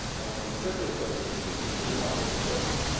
and circulatory systems, and lungs and so forth.